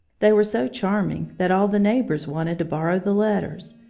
they were so charming that all the neighbors wanted to borrow the letters,